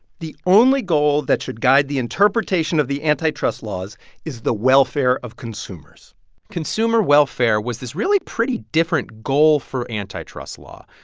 the only goal that should guide the interpretation of the antitrust laws is the welfare of consumers consumer welfare was this really pretty different goal for antitrust law.